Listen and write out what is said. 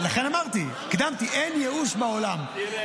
לכן אמרתי, הקדמתי: אין ייאוש בעולם.